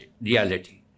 reality